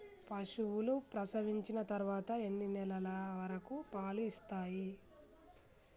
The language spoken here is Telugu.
పశువులు ప్రసవించిన తర్వాత ఎన్ని నెలల వరకు పాలు ఇస్తాయి?